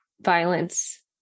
violence